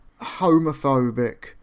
homophobic